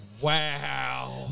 wow